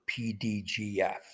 PDGF